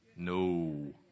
No